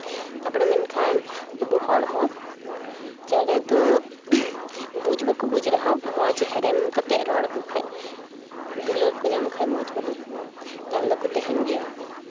ᱛᱟᱨᱯᱚᱨᱮ ᱢᱮᱱᱠᱷᱟᱱ ᱟᱵᱚ ᱦᱚᱲ ᱫᱚ ᱪᱮᱬᱮ ᱫᱚ ᱵᱩᱡᱽ ᱵᱟᱠᱚ ᱵᱩᱡᱽ ᱨᱮᱦᱚᱸ ᱢᱚᱡᱽ ᱦᱮᱲᱮᱢ ᱠᱟᱛᱮᱜ ᱨᱚᱲ ᱟᱠᱚ ᱠᱷᱟᱱ ᱫᱩᱞᱟᱹᱲ ᱠᱚ ᱧᱟᱢ ᱠᱷᱟᱱ ᱢᱚᱡᱽ ᱵᱚᱞᱮ ᱛᱟᱦᱞᱮ ᱛᱟᱦᱮᱱ ᱫᱚᱠᱚ ᱛᱟᱦᱮᱱ ᱜᱮᱭᱟ